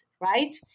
right